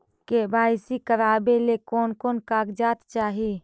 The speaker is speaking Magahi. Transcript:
के.वाई.सी करावे ले कोन कोन कागजात चाही?